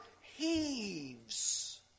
heaves